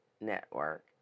Network